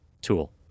tool